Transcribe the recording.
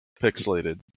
pixelated